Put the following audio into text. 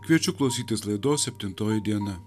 kviečiu klausytis laidos septintoji diena